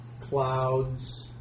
clouds